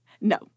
No